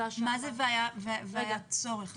--- מה זה אומר "והיה ויהיה צורך"?